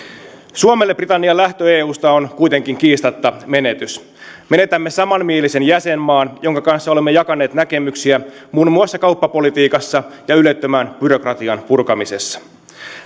suomelle britannian lähtö eusta on kuitenkin kiistatta menetys menetämme samanmielisen jäsenmaan jonka kanssa olemme jakaneet näkemyksiä muun muassa kauppapolitiikassa ja ylettömän byrokratian purkamisessa